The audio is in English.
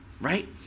right